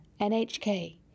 NHK